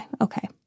okay